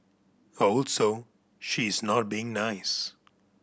also she is not being nice